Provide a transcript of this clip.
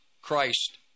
Christ